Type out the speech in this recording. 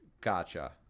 Gotcha